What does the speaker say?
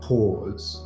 Pause